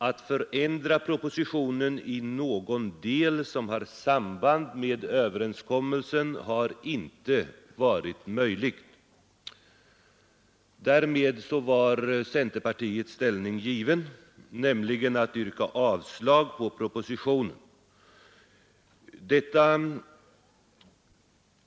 Att förändra propositionen i någon del som har samband med överenskommelsen har inte varit möjligt. Därmed var centerpartiets ställning given — nämligen att yrka avslag på propositionen.